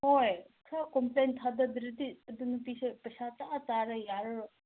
ꯍꯣꯏ ꯈꯔ ꯀꯣꯝꯄ꯭ꯂꯦꯟ ꯊꯥꯗꯗ꯭ꯔꯗꯤ ꯑꯗꯨ ꯅꯨꯄꯤꯗꯨ ꯄꯩꯁꯥ ꯆꯥꯔ ꯆꯥꯔꯒ ꯌꯥꯔꯔꯣꯏ